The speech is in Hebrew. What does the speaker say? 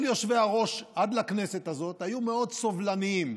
כל יושבי-הראש עד לכנסת הזאת היו מאוד סובלניים,